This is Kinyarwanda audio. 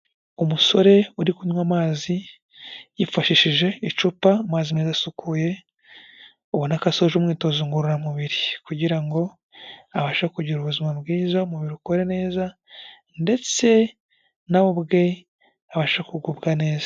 Umusore uri kunywa amazi, yifashishije icupa amazi meza asukuye, ubona ko asoje umwitozo ngororamubiri ,kugira ngo abashe kugira ubuzima bwiza mubiri ukore neza, ndetse nawe ubwe abashe kugubwa neza.